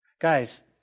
Guys